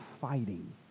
fighting